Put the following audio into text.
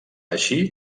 així